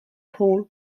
hall